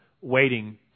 waiting